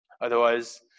Otherwise